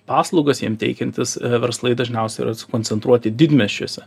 paslaugas jiem teikiantys verslai dažniausia yra sukoncentruoti didmiesčiuose